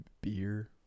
beer